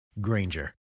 Granger